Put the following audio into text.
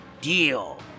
deal